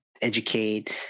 educate